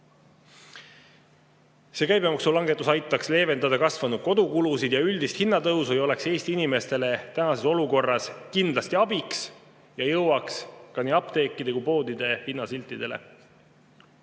Käibemaksulangetus aitaks leevendada kasvanud kodukulusid ja üldist hinnatõusu, oleks Eesti inimestele tänases olukorras kindlasti abiks ja jõuaks nii apteekide kui ka poodide hinnasiltidele.